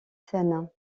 seine